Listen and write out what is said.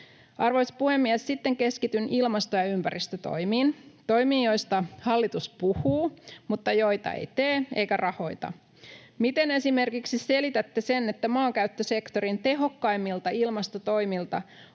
Arvoisa puhemies! Sitten keskityn ilmasto- ja ympäristötoimiin, toimiin, joista hallitus puhuu mutta joita se ei tee eikä rahoita. Miten esimerkiksi selitätte sen, että maankäyttösektorin tehokkaimmilta ilmastotoimilta